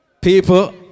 People